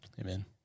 Amen